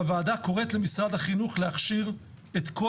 הוועדה קוראת למשרד החינוך להכשיר את כל